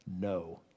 no